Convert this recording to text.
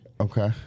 Okay